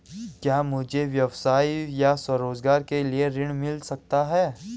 क्या मुझे व्यवसाय या स्वरोज़गार के लिए ऋण मिल सकता है?